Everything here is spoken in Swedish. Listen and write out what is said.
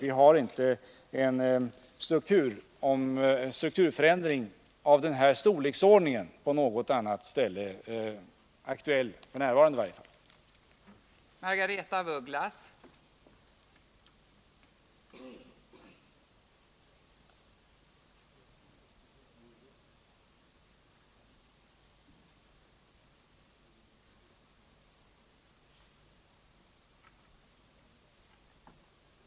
Det är inte 13 fråga om någon strukturförändring av denna storleksordning på något annat ställe, i varje fall inte f. n.